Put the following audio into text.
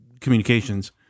communications